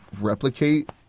replicate